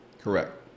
correct